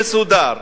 מסודר,